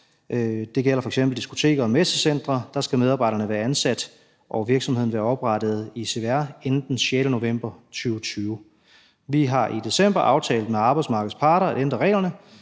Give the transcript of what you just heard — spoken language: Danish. det gælder f.eks. diskoteker og messecentre – skal medarbejderne være ansat og virksomheden være oprettet i CVR inden den 6. november 2020. Vi har i december aftalt med arbejdsmarkedets parter at ændre reglerne,